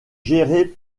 gérée